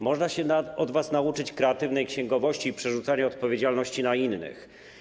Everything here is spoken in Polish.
Można się od was nauczyć kreatywnej księgowości i przerzucania odpowiedzialności na innych.